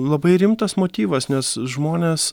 labai rimtas motyvas nes žmonės